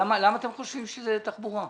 למה אתם חושבים שזה תחבורה?